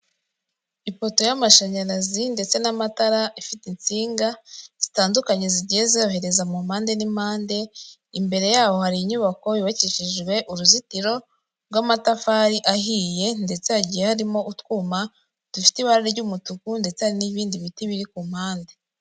Ipoto y'amashanyarazi ndetse n'amatara afite insinga zitandukanye zigiye zohereza mu mpande n'impande imbere yaho hari inyubako yubakishijwe uruzitiro rw'amatafari ahiye ndetse igihe harimo utwuma dufite ibara ry'umutuku ndetse hari n'ibindi biti biri ku mpande.